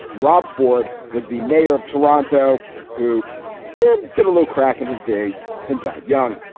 rob ford was the mayor of toronto who yeah did a little crack in his day and died young.